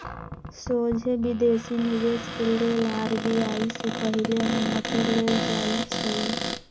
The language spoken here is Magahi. सोझे विदेशी निवेश के लेल आर.बी.आई से पहिले अनुमति लेल जाइ छइ